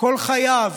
שכל חייו